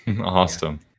Awesome